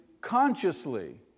consciously